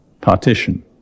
Partition